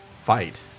fight